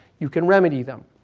you can remedy them.